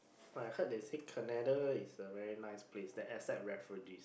I heard they said Canada is a very nice place the asset refugees